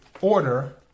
order